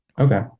Okay